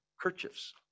kerchiefs